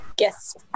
Yes